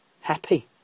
happy